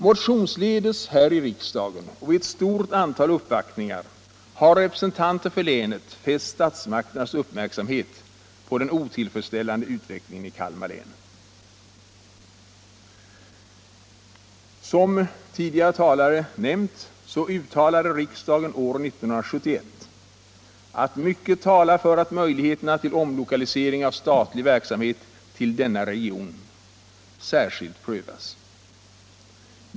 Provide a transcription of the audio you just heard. Motionsledes här i riksdagen och vid ett stort antal uppvaktningar har representanter för länet fäst statsmakternas uppmärksamhet på den otillfredsställande utvecklingen i Kalmar län. Som tidigare talare nämnt uttalade riksdagen år 1971 att ”mycket talar för att möjligheterna till omlokalisering av statlig verksamhet till denna region särskilt prövas”.